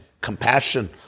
Compassion